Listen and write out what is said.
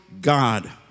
God